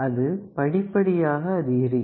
அது படிப்படியாக அதிகரிக்கும்